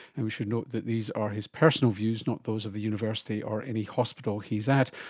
and we should note that these are his personal views, not those of the university or any hospital he's at.